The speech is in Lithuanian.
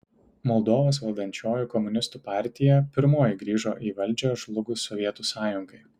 moldovos valdančioji komunistų partija pirmoji grįžo į valdžią žlugus sovietų sąjungai